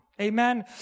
amen